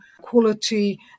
quality